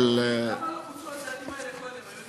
אבל, למה לא, הצעדים האלה קודם?